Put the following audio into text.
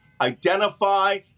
identify